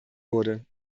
wurde